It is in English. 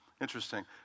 interesting